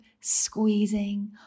squeezing